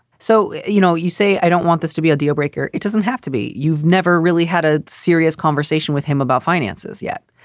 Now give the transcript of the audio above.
so, you know, you say, i don't want this to be a dealbreaker. it doesn't have to be. you've never really had a serious conversation with him about finances yet.